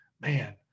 man